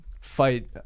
fight